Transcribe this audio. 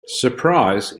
surprise